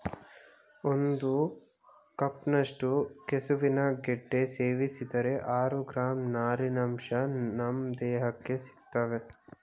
ಒಂದು ಕಪ್ನಷ್ಟು ಕೆಸುವಿನ ಗೆಡ್ಡೆ ಸೇವಿಸಿದರೆ ಆರು ಗ್ರಾಂ ನಾರಿನಂಶ ನಮ್ ದೇಹಕ್ಕೆ ಸಿಗ್ತದೆ